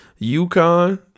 UConn